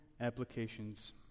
applications